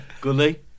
Goodly